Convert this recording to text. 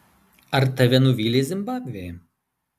ar tave nuvylė zimbabvė